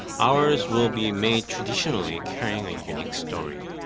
ours will be made traditionally, carrying a unique story.